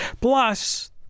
Plus